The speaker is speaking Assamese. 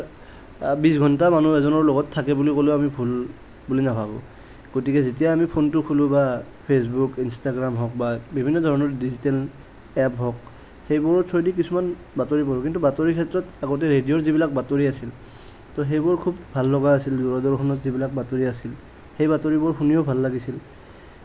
বিছ ঘণ্টা মানুহ এজনৰ লগত থাকে বুলি ক'লেও আমি ভুল বুলি নাভাবো গতিকে যেতিয়া আমি ফনটো খুলো বা ফেচবুক ইনষ্টাগ্ৰাম হওক বা বিভিন্ন ধৰণৰ ডিজিটেল এপ হওক সেইবোৰৰ থ্ৰ'ৱেদি কিছুমান বাতৰি পাওঁ কিন্তু বাতৰিৰ ক্ষেত্ৰত আগতে ৰেডিঅ'ৰ যিবিলাক বাতৰি আছিল ত সেইবোৰ খুব ভাল লগা আছিল দুৰদৰ্শনৰ যিবিলাক বাতৰি আছিল সেই বাতৰিবোৰ শুনিও ভাল লাগিছিল